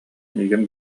миигин